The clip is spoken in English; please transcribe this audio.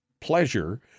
pleasure